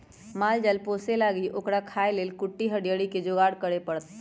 माल जाल पोशे लागी ओकरा खाय् लेल कुट्टी हरियरी कें जोगार करे परत